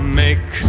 make